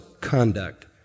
conduct